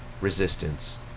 resistance